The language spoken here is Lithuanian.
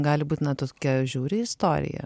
gali būt na tokia žiauri istorija